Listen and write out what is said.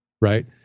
right